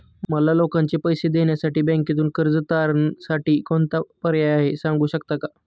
मला लोकांचे पैसे देण्यासाठी बँकेतून कर्ज तारणसाठी कोणता पर्याय आहे? सांगू शकता का?